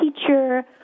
teacher